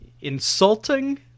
insulting